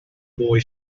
boy